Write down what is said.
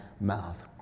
mouth